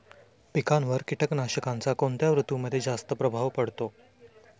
पिकांवर कीटकनाशकांचा कोणत्या ऋतूमध्ये जास्त प्रभाव पडतो?